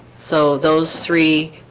so those three